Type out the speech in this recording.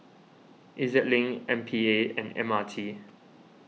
E Z Link M P A and M R T